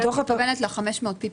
אני מתכוונת ל-500.